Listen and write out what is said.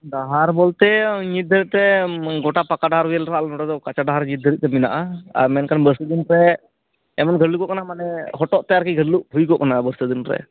ᱰᱟᱦᱟᱨ ᱵᱚᱞᱛᱮ ᱧᱤᱫᱟᱹᱛᱮ ᱜᱚᱴᱟ ᱯᱟᱠᱟᱲᱟ ᱨᱮᱹᱞ ᱨᱮᱱᱟᱜ ᱱᱚᱰᱮ ᱫᱚ ᱠᱟᱪᱟ ᱰᱟᱦᱟᱨ ᱱᱤᱛ ᱫᱷᱟᱹᱨᱤᱡ ᱛᱮ ᱢᱮᱱᱟᱜᱼᱟ ᱟᱨ ᱢᱮᱱᱠᱷᱟᱱ ᱵᱟᱨᱥᱤᱧ ᱛᱮ ᱮᱢᱚᱱ ᱠᱷᱟᱹᱭᱩᱜᱚᱜ ᱠᱟᱱᱟ ᱢᱟᱱᱮ ᱦᱚᱴᱚᱜ ᱛᱮ ᱟᱨᱠᱤ ᱜᱷᱟᱞᱩᱜ ᱠᱷᱟᱹᱭᱩᱜᱚᱜ ᱚᱵᱚᱥᱛᱟ ᱫᱤᱱ ᱨᱮ